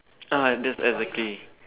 ah that's exactly